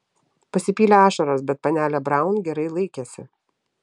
pasipylė ašaros bet panelė braun gerai laikėsi